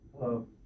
Hello